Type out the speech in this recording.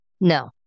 No